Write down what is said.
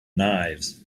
knives